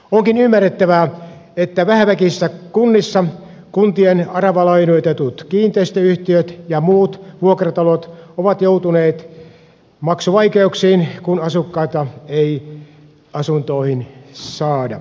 onkin ymmärrettävää että vähäväkisissä kunnissa kuntien aravalainoitetut kiinteistöyhtiöt ja muut vuokratalot ovat joutuneet maksuvaikeuksiin kun asukkaita ei asuntoihin saada